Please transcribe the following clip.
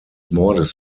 mordes